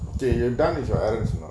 okay you done is the errandsma~